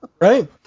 right